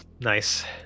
Nice